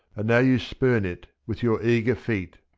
and now you spurn it with your eager feet.